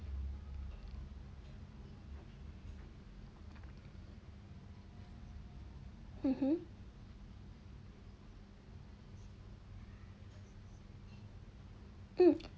mmhmm mm